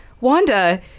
Wanda